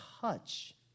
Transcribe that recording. touch